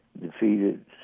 defeated